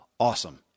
awesome